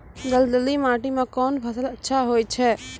दलदली माटी म कोन फसल अच्छा होय छै?